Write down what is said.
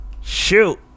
Shoot